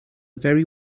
very